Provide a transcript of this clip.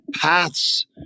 paths